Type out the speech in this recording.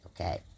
okay